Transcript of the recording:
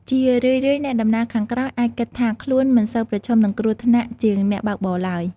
ជារឿយៗ អ្នកដំណើរខាងក្រោយអាចគិតថាខ្លួនមិនសូវប្រឈមនឹងគ្រោះថ្នាក់ជាងអ្នកបើកបរឡើយ។